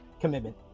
commitment